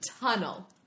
Tunnel